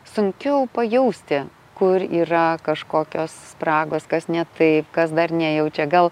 sunkiau pajausti kur yra kažkokios spragos kas ne taip kas dar nejaučiau gal